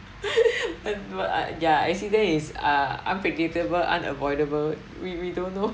wha~ ya actually that is ah unpredictable unavoidable we we don't know